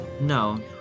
No